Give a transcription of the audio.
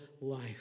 life